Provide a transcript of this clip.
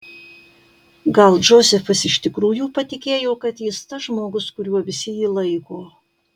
gal džozefas iš tikrųjų patikėjo kad jis tas žmogus kuriuo visi jį laiko